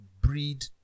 breed